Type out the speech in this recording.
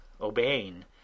obeying